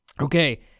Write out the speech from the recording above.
Okay